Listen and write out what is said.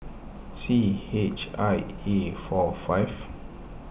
C H I A four five